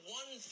one